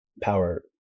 power